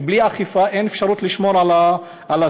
בלי אכיפה אין אפשרות לשמור על הסביבה.